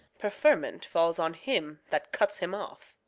preferment falls on him that cuts him off.